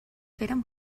feren